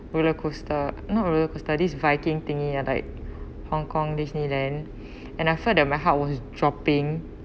roller coaster not roller coaster this viking thingy like hong kong Disneyland and I felt that my heart was dropping